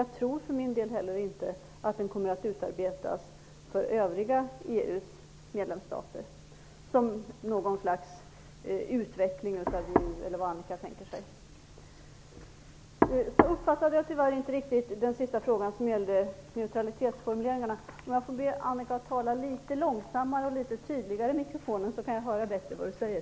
Jag tror för min del heller inte att den kommer att utarbetas för övriga medlemsstater i EU som någon slags utveckling av VEU eller vad Annika Nordberg tänker sig. Jag uppfattade tyvärr inte riktigt den sista frågan, som gällde neutralitetsformuleringarna. Om jag får be Annika Nordgren att tala litet långsammare och litet tydligare i mikrofonen kan jag höra bättre vad hon säger.